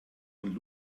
und